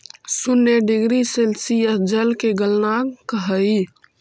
शून्य degree Celsius जल के गलनांक हई